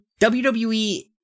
wwe